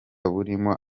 burimo